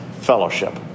fellowship